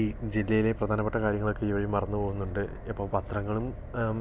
ഈ ജില്ലയിലെ പ്രധാനപ്പെട്ട കാര്യങ്ങളൊക്കെ ഇവര് മറന്ന് പോകുന്നുണ്ട് ഇപ്പോൾ പത്രങ്ങളും